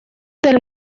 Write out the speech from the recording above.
del